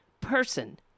person